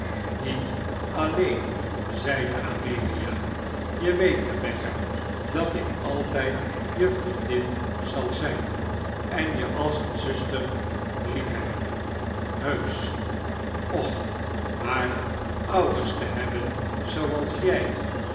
niet alleen zeide amelia je weet rebecca dat ik altijd je vriendin zal zijn en je als een zuster lief hebben heusch och maar ouders te hebben zooals jij